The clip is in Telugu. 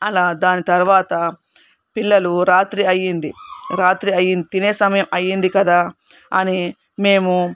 అలా దాని తర్వాత పిల్లలు రాత్రి అయ్యింది రాత్రి అయ్యింది తినే సమయం అయ్యింది కదా అని మేము